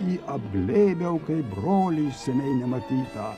jį apglėbiau kaip brolį seniai nematytą